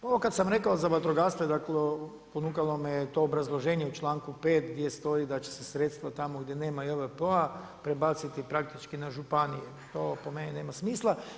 Ono kad sam rekao za vatrogastvo, ponukalo me to obrazloženje u članku 5. gdje stoji da će se sredstva tamo gdje nema JVP-a prebaciti praktički na županije, to po meni nema smisla.